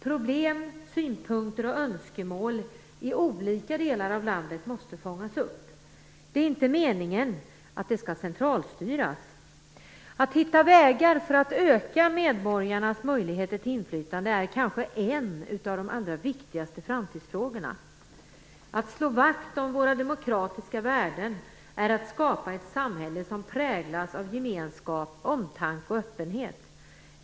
Problem, synpunkter och önskemål i olika delar av landet måste fångas upp. Det är inte meningen att det skall centralstyras. Att hitta vägar för att öka medborgarnas möjligheter till inflytande är kanske en av de allra viktigaste framtidsfrågorna. Att slå vakt om våra demokratiska värden är att skapa ett samhälle som präglas av gemenskap, omtanke och öppenhet.